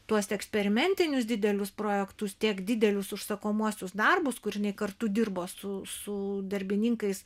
tuos eksperimentinius didelius projektus tiek didelius užsakomuosius darbus kur jinai kartu dirbo su su darbininkais